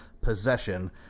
Possession